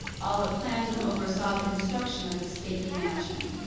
alva planned and oversaw the construction of the stately mansion,